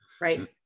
right